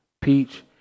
peach